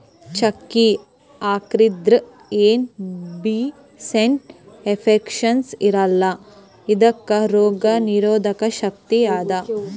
ಚಕ್ಕಿ ಹಾಕಿದ್ರಿಂದ ಏನ್ ಬೀ ಸೈಡ್ ಎಫೆಕ್ಟ್ಸ್ ಇರಲ್ಲಾ ಇದಕ್ಕ್ ರೋಗ್ ನಿರೋಧಕ್ ಶಕ್ತಿ ಅದಾ